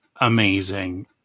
amazing